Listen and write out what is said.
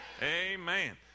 Amen